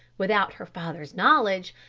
without her father's knowledge,